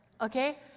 okay